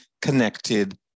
connected